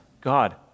God